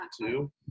two